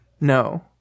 no